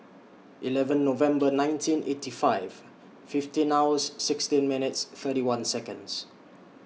eleven November nineteen eighty five fifteen hours sixteen minutes thirty one Seconds